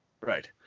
Right